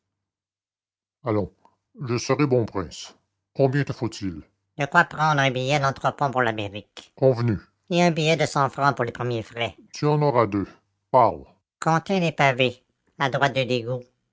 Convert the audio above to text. allons je serai bon prince combien te faut-il de quoi prendre mon billet d'entrepont pour l'amérique convenu et un billet de cent pour les premiers frais tu en auras deux parle comptez les pavés à droite de